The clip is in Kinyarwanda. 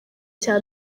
cya